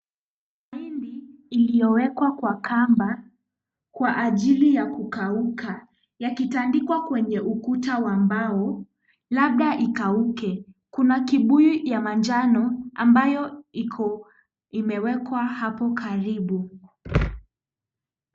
Hindi iliyokwekwa kwa kamba kwa ajili ya kukauka yakitandikwa kwa ukuta wa mbao labda ikauke. Kuna kibuyu ya manjano ambayo imewekwa hapo karibu.